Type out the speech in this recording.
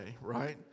right